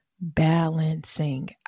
balancing